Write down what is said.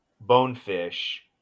bonefish